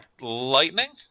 Lightning